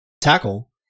tackle